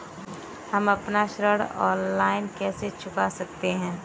हम अपना ऋण ऑनलाइन कैसे चुका सकते हैं?